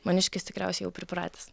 maniškis tikriausiai jau pripratęs